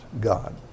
God